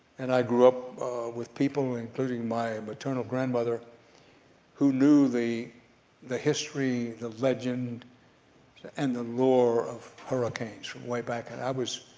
and i grew up with people including my maternal grandmother who knew the the history, the legend and the lore of hurricanes from way back, and i was